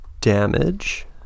damage